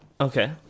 Okay